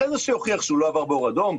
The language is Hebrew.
אחרי זה שיוכיח שהוא לא עבר באור אדום,